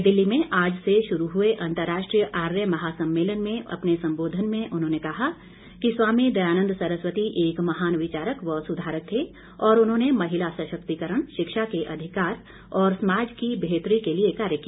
नई दिल्ली में आज से शुरू हुए अंतर्राष्ट्रीय आर्य महासम्मेलन में अपने सम्बोधन में उन्होंने कहा कि स्वामी दयानन्द सरस्वती एक महान विचारक व सुधारक थे और उन्होंने महिला सशक्तिकरण शिक्षा के अधिकार और समाज की बेहतरी के लिए कार्य किया